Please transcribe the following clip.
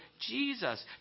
Jesus